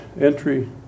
entry